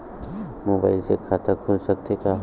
Mobile से खाता खुल सकथे का?